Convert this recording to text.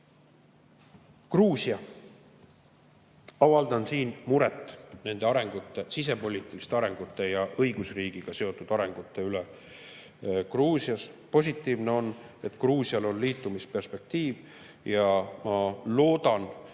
vastu. Gruusia. Avaldan siin muret sisepoliitiliste arengute ja õigusriigiga seotud arengute pärast Gruusias. Positiivne on, et Gruusial on liitumisperspektiiv, ja ma loodan, et